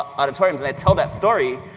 auditoriums, and i tell that story,